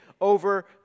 over